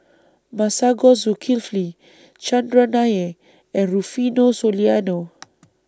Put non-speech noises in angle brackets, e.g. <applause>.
Masagos Zulkifli Chandran Nair and Rufino Soliano <noise>